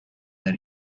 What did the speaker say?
that